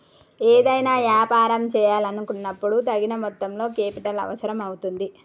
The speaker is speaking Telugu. ఏదైనా యాపారం చేయాలనుకున్నపుడు తగిన మొత్తంలో కేపిటల్ అవసరం అవుతుంది